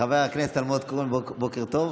חבר הכנסת אלמוג כהן, בוקר טוב.